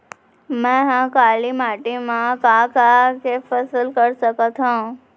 मै ह काली माटी मा का का के फसल कर सकत हव?